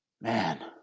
Man